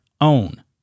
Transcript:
own